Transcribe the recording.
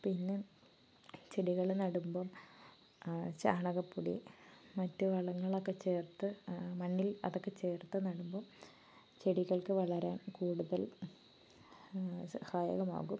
പിന്നെ ചെടികൾ നടുമ്പം ചാണകപ്പൊടി മറ്റു വളങ്ങളൊക്കെ ചേർത്ത് മണ്ണിൽ അതൊക്കെ ചേർത്ത് നടുമ്പം ചെടികൾക്ക് വളരാൻ കൂടുതൽ സഹായകമാകും